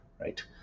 right